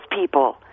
people